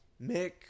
Mick